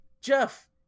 Jeff